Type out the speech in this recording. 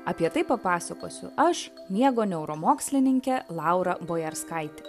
apie tai papasakosiu aš miego neuromokslininkė laura bojarskaitė